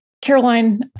Caroline